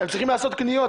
הם צריכות לעשות קניות.